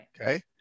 okay